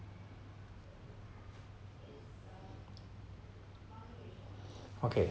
okay